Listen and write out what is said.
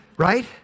Right